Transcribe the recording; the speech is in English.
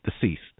deceased